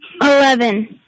Eleven